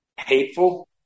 hateful